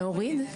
לא להוריד.